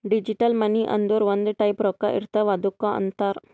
digital money ಅಂದುರ್ ಒಂದ್ type ರೊಕ್ಕಾ ಇರ್ತಾವ್ ಅದ್ದುಕ್ ಅಂತಾರ್